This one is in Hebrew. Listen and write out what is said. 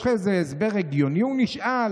יש לך איזה הסבר הגיוני לכך?" הוא נשאל.